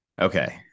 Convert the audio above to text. Okay